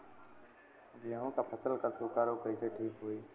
गेहूँक फसल क सूखा ऱोग कईसे ठीक होई?